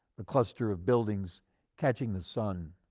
the cluster of buildings catching the sun.